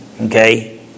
Okay